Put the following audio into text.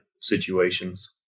situations